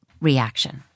reaction